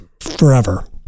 forever